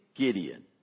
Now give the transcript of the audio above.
Gideon